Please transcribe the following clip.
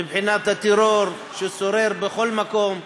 מבחינת הטרור ששורר בכל מקום.